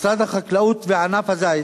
משרד החקלאות וענף הזית